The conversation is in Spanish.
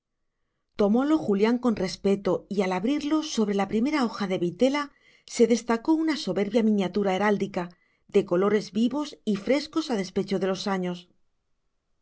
plomo tomólo julián con respeto y al abrirlo sobre la primera hoja de vitela se destacó una soberbia miniatura heráldica de colores vivos y frescos a despecho de los años